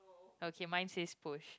okay mine says push